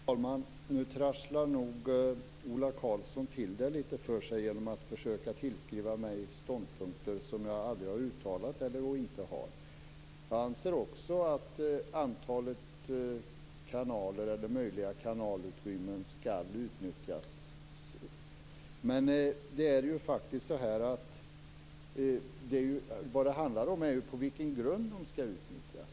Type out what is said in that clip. Fru talman! Nu trasslar Ola Karlsson till det för sig genom att försöka tillskriva mig ståndpunkter som jag aldrig har uttalat eller inte har. Jag anser också att antalet möjliga kanalutrymmen skall utnyttjas. Det handlar om på vilken grund de skall utnyttjas.